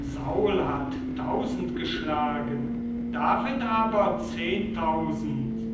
saul hat tausend geschlagen david aber zehntausend